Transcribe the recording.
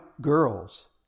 girls